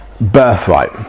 birthright